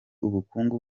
ubukungu